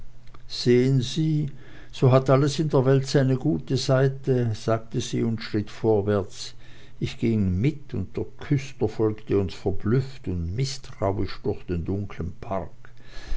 sehen sie so hat alles in der welt seine gute seite sagte sie und schritt vorwärts ich ging mit und der küster folgte uns verblüfft und mißtrauisch durch den dunklen park